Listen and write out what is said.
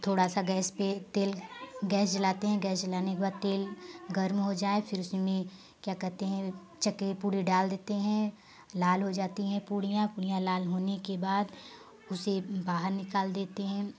थोड़ा सा गैस पे तेल गैस जलाते हैं गैस जलाने के बाद तेल गरम हो जाए फिर उसी में क्या कहते हैं चकई पूड़ी डाल देते हैं लाल हो जाती हैं पूड़ियाँ पूड़ियाँ लाल होने के बाद उसे बाहर निकाल देते हैं